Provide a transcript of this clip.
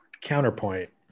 Counterpoint